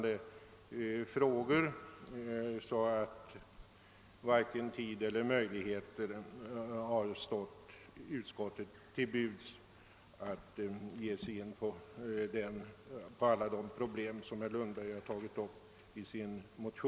De problem som herr Lundberg tagit upp i sin motion är över huvud taget så omfattande att utskottet varken haft tid eller andra möjligheter att gå in på dem.